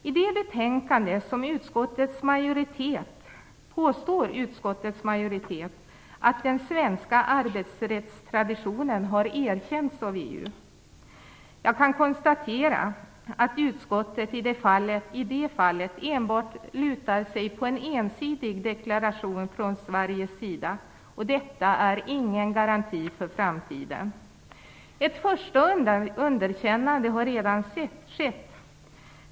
I betänkandet påstår utskottets majoritet att den svenska arbetsrättstraditionen har erkänts av EU. Jag kan konstatera att utskottet i det fallet enbart lutar sig på en ensidig deklaration från Sveriges sida. Detta är ingen garanti för framtiden. Ett första underkännande har redan skett.